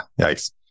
Yikes